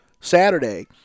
Saturday